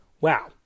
Wow